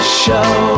show